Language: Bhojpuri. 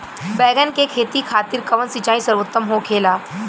बैगन के खेती खातिर कवन सिचाई सर्वोतम होखेला?